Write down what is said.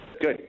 Good